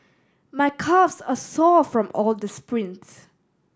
my calves are sore from all the sprints